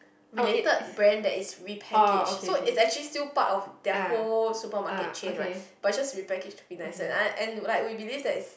related brand that is repackaged so it's actually still part of their whole supermarket chain right but it's just repackaged to be nicer and I and like we believe that it's